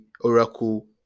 Oracle